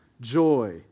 joy